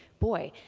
boy,